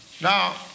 Now